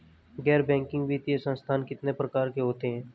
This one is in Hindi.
गैर बैंकिंग वित्तीय संस्थान कितने प्रकार के होते हैं?